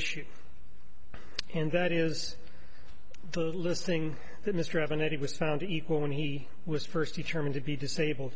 issue and that is the listing that mr evan it was found to equal when he was first determined to be disabled